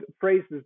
phrases